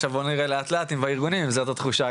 עכשיו בואו נראה לאט לאט אם בארגונים זאת התחושה.